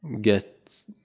get